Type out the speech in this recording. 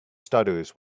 stutters